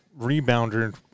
rebounder